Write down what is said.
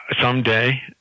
someday